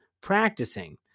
practicing